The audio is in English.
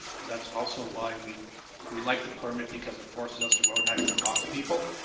because that's also why we we like the permit because it forces us to go out and actually talk to people.